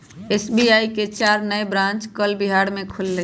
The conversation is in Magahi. एस.बी.आई के चार नए ब्रांच कल बिहार में खुलय